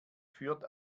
führt